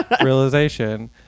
realization